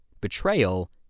betrayal